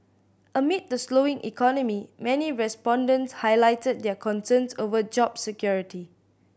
amid the slowing economy many respondents highlighted their concerns over job security